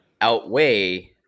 outweigh